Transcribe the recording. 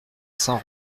saint